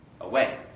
away